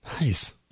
Nice